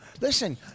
Listen